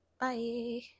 bye